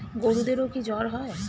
গরুদেরও কি জ্বর হয়?